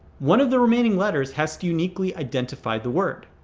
one of the remaining letters has to uniquely identify the word.